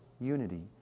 unity